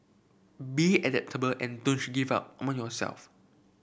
be adaptable and don't give up among yourself